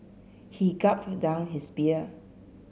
he gulped down his beer